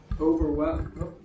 Overwhelmed